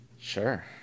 Sure